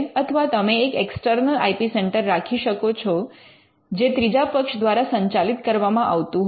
અથવા તમે એક એક્સટર્નલ આઇ પી સેન્ટર રાખી શકો છે જે ત્રીજા પક્ષ દ્વારા સંચાલિત કરવામાં આવતું હોય